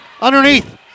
underneath